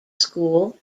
school